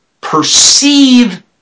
perceive